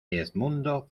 edmundo